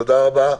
תודה רבה.